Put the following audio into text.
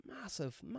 massive